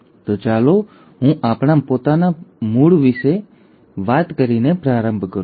તો ચાલો હું આપણા પોતાના મૂળ વિશે વાત કરીને પ્રારંભ કરું